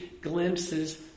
glimpses